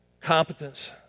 competence